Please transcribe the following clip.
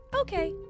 Okay